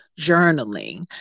journaling